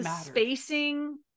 Spacing